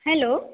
hello